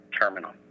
terminal